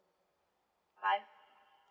five